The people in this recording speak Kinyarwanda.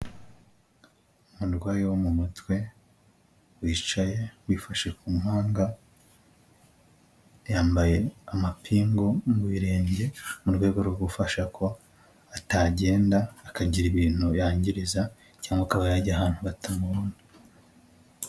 Umurwayi wo mu mutwe wicaye wifashe ku mupanga, yambaye amapingu mu birenge mu rwego rwo gufasha ko atagenda akagira ibintu yangiriza, cyangwa akaba yajya ahantu batamubona.